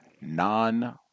non